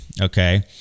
okay